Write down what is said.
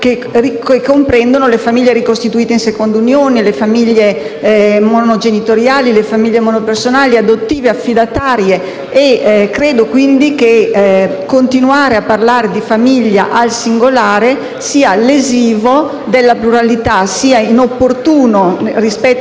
che comprendono le famiglie ricostituite in seconda unione, le famiglie monogenitoriali, le famiglie monopersonali, adottive, affidatarie. Credo quindi che continuare a parlare di famiglia al singolare sia lesivo della pluralità, sia inopportuno rispetto